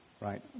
Right